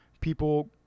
people